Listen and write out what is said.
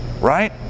Right